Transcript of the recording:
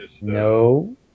No